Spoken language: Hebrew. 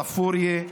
ספוריה,